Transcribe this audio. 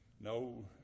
no